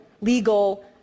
legal